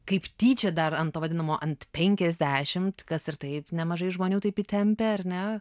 kaip tyčia dar ant to vadinamo ant penkiasdešimt kas ir taip nemažai žmonių taip įtempia ar ne